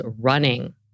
running